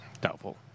Doubtful